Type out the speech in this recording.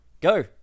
go